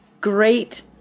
great